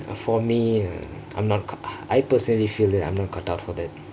for me I'm not I personally feel that I'm not cut out for that